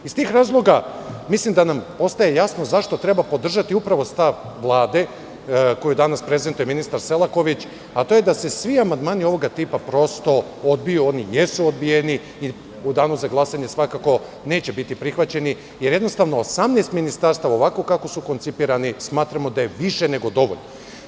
Iz tih razloga postaje jasno zašto treba podržati upravo stav Vlade koji danas prezentuje ministar Selaković, to je da se svi amandmani ovoga tipa prosto odbiju, oni jesu odbijeni i u danu za glasanje neće biti prihvaćeni, jer 18 ministarstava, ovako kako su koncipirani, smatramo da je više nego dovoljno.